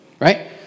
Right